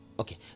Okay